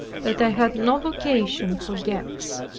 that i had no vocation for gex,